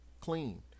clean